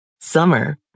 Summer